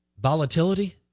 volatility